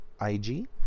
IG